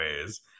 ways